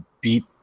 beat